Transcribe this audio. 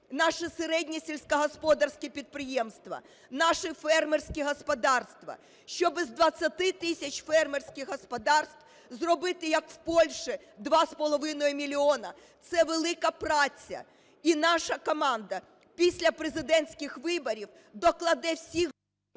наші середні сільськогосподарські підприємства, наші фермерські господарства, щоб із 20 тисяч фермерських господарств зробити, як в Польщі, два з половиною мільйони, - це велика праця. І наша команда після президентських виборів докладе всіх…